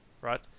right